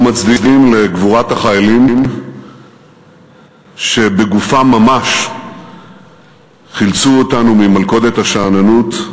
אנחנו מצדיעים לגבורת החיילים שבגופם ממש חילצו אותנו ממלכודת השאננות,